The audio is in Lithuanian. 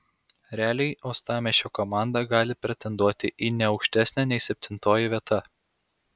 realiai uostamiesčio komanda gali pretenduoti į ne aukštesnę nei septintoji vieta